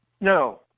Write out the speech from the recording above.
No